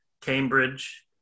Cambridge